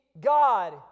God